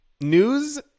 news